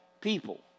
people